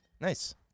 Nice